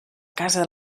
casa